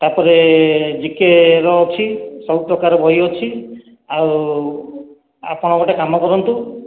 ତାପରେ G K ର ଅଛି ସବୁପ୍ରକାର ବହି ଅଛି ଆଉ ଆପଣ ଗୋଟେ କାମ କରନ୍ତୁ